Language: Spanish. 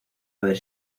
haber